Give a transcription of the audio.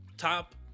Top